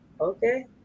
Okay